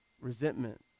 resentment